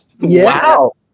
Wow